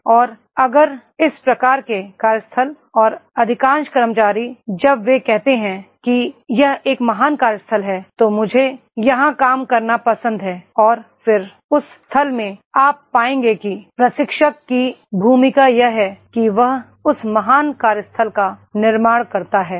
और अगर इस प्रकार के कार्यस्थल और अधिकांश कर्मचारी अधिकांश कर्मचारी जब वे कहते हैं कि यह एक महान कार्यस्थल है तो मुझे यहां काम करना पसंद है और फिर उस स्थिति में आप पाएंगे कि प्रशिक्षक की भूमिका यह है कि वह उस महान कार्यस्थल का निर्माण करता है